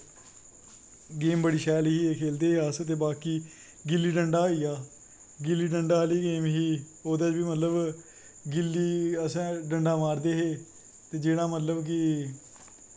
game बड़ी शैल ही खेलदे हे अस ते बाकी गिल्ली डंडा होईया गिल्ली डंडा आह्ली गेम ही ओह्दै च बी मतलव गिल्ली असैं डंडा मारदे हे ते जेह्ड़ा मतलव कि